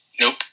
nope